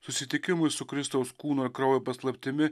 susitikimui su kristaus kūno kraujo paslaptimi